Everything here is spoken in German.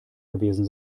gewesen